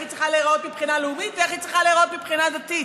היא צריכה להיראות מבחינה לאומית ואיך היא צריכה להיראות מבחינה דתית.